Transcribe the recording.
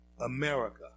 America